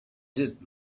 did